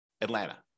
Atlanta